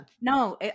No